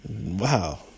wow